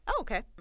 Okay